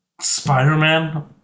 Spider-Man